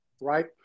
right